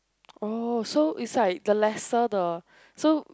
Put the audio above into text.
oh so is like the lesser the